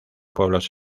pueblos